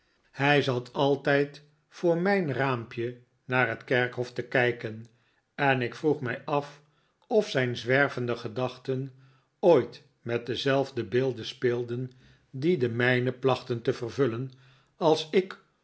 hij zat altijd voor mijn raampje naar het kerkhof te kijken en ik vroeg mij af of zijn zwervende gedachten ooit met dezelfde beelden speelden die de mijne plachten te vervullen als ik